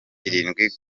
irindwi